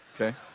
okay